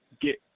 get